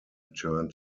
return